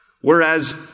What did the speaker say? Whereas